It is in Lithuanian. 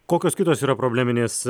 kokios kitos yra probleminės